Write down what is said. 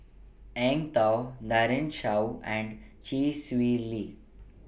Eng Tow Daren Shiau and Chee Swee Lee